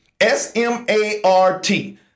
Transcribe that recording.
S-M-A-R-T